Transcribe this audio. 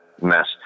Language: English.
mess